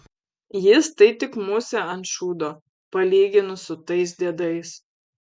jis tai tik musė ant šūdo palyginus su tais diedais